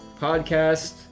podcast